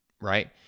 right